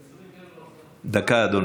דקה, אדוני.